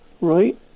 Right